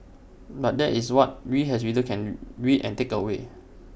but that is what we as readers can read and take away